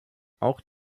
auch